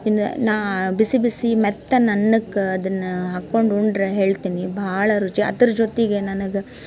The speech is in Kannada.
ಇನ್ನು ನಾ ಬಿಸಿ ಬಿಸಿ ಮೆತ್ತನೆ ಅನ್ನಕ್ಕೆ ಅದನ್ನು ಹಾಕ್ಕೊಂಡು ಉಂಡರೆ ಹೇಳ್ತೀನಿ ಭಾಳ ರುಚಿ ಅದ್ರ ಜೊತೆಗೆ ನನಗೆ